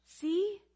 See